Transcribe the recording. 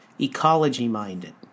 ecology-minded